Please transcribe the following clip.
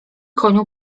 koniu